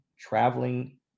traveling